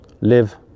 live